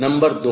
number 2